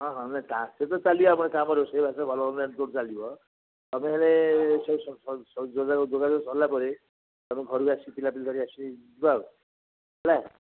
ହଁ ହଁ ନା ତା ସେ ତ ଚାଲିବ ଆମର ରୋଷେଇବାସ ଭଲ ମନ୍ଦ ଏମତି ସବୁ ଚାଲିବ ତମେ ହେଲେ ସେ ଯୋଗାଯୋଗ ସରିଲା ପରେ ତମେ ଘରକୁ ଆସି ପିଲାପିଲା ଧରିି ଆସିକି ଯିବା ଆଉ ହେଲା